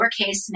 lowercase